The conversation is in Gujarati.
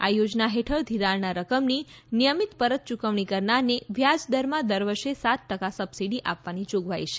આ યોજના હેઠળ ઘિરાણના રકમની નિયમીત પરત ચૂકવણી કરનારને વ્યાજદરમાં દર વર્ષે સાત ટકા સબસીડી આપવાની જોગવાઈ છે